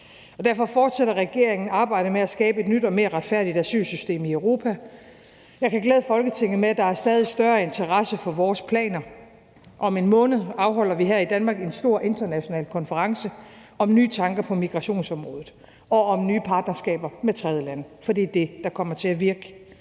Derfor fortsætter regeringen arbejdet med at skabe et nyt og mere retfærdigt asylsystem i Europa. Jeg kan glæde Folketinget med, at der er stadig større interesse for vores planer. Om en måned afholder vi her i Danmark en stor international konference om nye tanker på migrationsområdet og om nye partnerskaber med tredjelande. For det er det, der kommer til at virke.